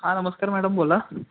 हा नमस्कार मॅडम बोला